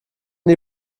die